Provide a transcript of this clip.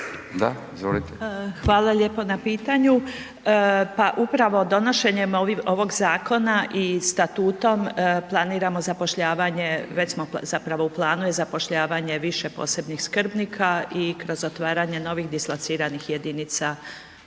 Hvala lijepo na pitanju. Pa upravo donošenjem ovog zakona i statutom planiramo zapošljavanje, već smo zapravo, u planu je zapošljavanje više posebnih skrbnika i kroz otvaranje novih dislociranih jedinica